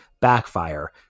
backfire